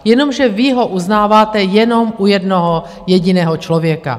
Jenomže vy ho uznáváte jenom u jednoho jediného člověka.